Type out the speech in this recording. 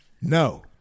No